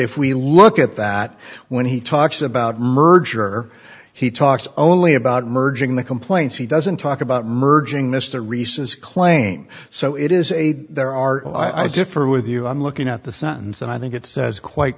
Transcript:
if we look at that when he talks about murder he talks only about merging the complaints he doesn't talk about merging mr rhys's claim so it is a there are i differ with you i'm looking at the sentence and i think it says quite